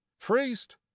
priest